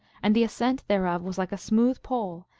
and the ascent thereof was like a smooth pole,